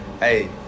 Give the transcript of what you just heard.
Hey